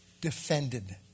defended